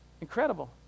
Incredible